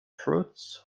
fruits